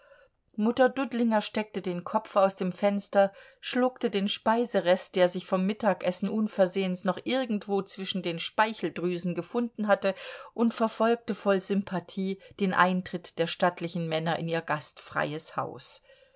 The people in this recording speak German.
mutter dudlinger streckte den kopf aus dem fenster schluckte den speiserest der sich vom mittagessen unversehens noch irgendwo zwischen den speicheldrüsen gefunden hatte und verfolgte voll sympathie den eintritt der stattlichen männer in ihr gastfreies haus